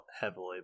heavily